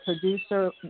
producer